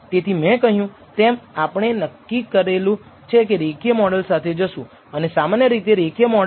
તેથી મેં કહ્યું તેમ આપણે નક્કી કરેલું છે કે રેખીય મોડલ સાથે જશુ અને સામાન્ય રીતે રેખીય મોડલ આ રીતે લખાય છે કે y અને x વચ્ચે